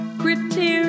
critique